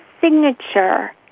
signature